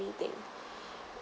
anything